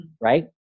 Right